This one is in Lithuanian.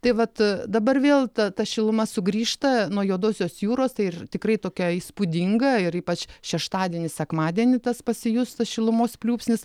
tai vat dabar vėl ta ta šiluma sugrįžta nuo juodosios jūros tai ir tikrai tokia įspūdinga ir ypač šeštadienį sekmadienį tas pasijus tas šilumos pliūpsnis